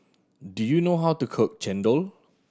do you know how to cook chendol